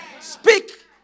Speak